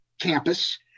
campus